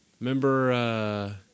Remember